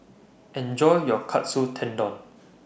Enjoy your Katsu Tendon